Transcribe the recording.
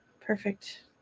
Perfect